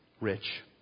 rich